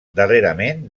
darrerament